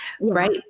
right